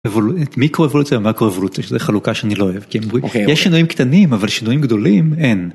מיקרו אבולוציה ומקרו אבולוציה זו חלוקה שאני לא אוהב, יש שינויים קטנים אבל שינויים גדולים אין.